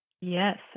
Yes